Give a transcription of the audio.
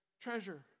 treasure